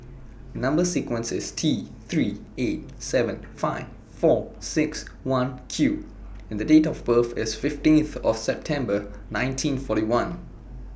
Number sequence IS T three eight seven five four six one Q and The Date of birth IS fifteenth of September nineteen forty one